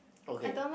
okay